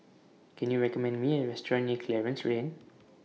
Can YOU recommend Me A Restaurant near Clarence Lane